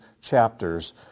chapters